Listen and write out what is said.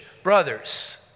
brothers